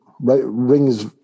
rings